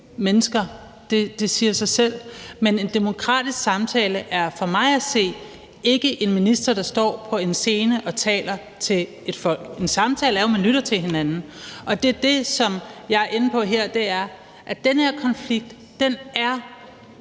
mennesker. Det siger sig selv. Men en demokratisk samtale er for mig at se ikke en minister, der står på en scene og taler til et folk. En samtale er jo, at man lytter til hinanden. Det er det, jeg er inde på her, nemlig at den her konflikt er